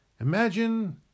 Imagine